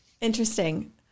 Interesting